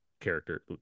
character